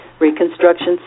reconstruction